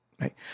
Right